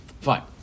fine